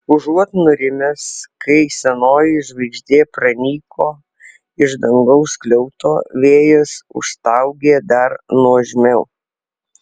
užuot nurimęs kai senoji žvaigždė pranyko iš dangaus skliauto vėjas užstaugė dar nuožmiau